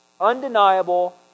Undeniable